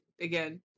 again